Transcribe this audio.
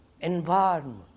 environment